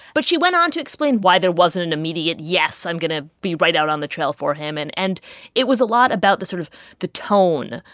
but she went on to explain why there wasn't an immediate yes, i'm going to be right out on the trail for him. and and it was a lot about the sort of the tone,